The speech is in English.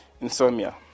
Insomnia